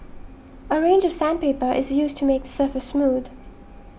a range of sandpaper is used to make the surface smooth